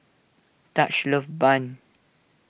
Taj loves Bun